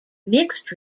mixed